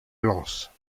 lances